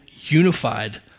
unified